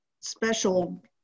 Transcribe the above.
special